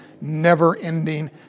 never-ending